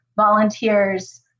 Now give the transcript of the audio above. volunteers